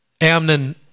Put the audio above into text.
Amnon